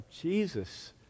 Jesus